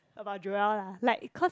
about Joel lah like cause